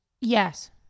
yes